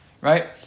right